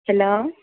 hello